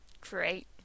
great